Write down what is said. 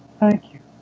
thank you